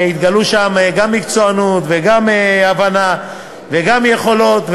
התגלו שם גם מקצוענות, וגם הבנה, וגם יכולת.